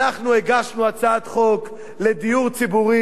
אנחנו הגשנו הצעת חוק לדיור ציבורי,